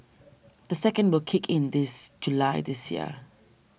the second will kick in this July this year